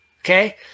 Okay